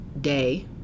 day